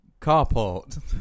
carport